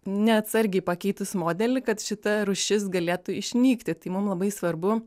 neatsargiai pakeitus modelį kad šita rūšis galėtų išnykti tai mum labai svarbu